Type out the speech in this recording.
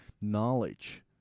knowledge